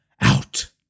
out